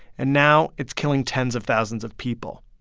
and now it's killing tens of thousands of people.